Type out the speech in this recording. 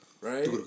Right